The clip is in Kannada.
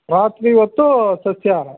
ರಾತ್ರಿ ಹೊತ್ತು ಸಸ್ಯಾಹಾರ